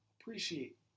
appreciate